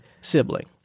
sibling